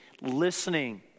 listening